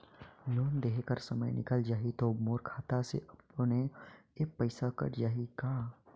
Loan देहे कर समय निकल जाही तो मोर खाता से अपने एप्प पइसा कट जाही का?